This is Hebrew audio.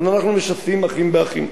אז אנחנו משסים אחים באחים.